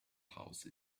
house